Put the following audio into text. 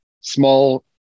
small